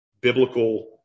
biblical